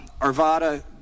Arvada